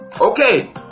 Okay